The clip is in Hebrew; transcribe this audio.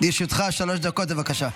לרשותך שלוש דקות, בבקשה.